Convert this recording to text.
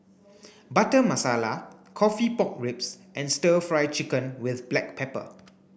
butter masala coffee pork ribs and stir fry chicken with black pepper